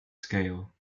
scale